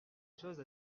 choses